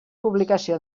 publicació